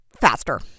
faster